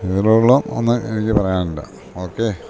ഇതി കൂടല് ഒന്നും എനിക്ക് പറയാനില്ല ഓക്കെ